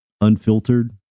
unfiltered